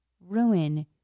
ruin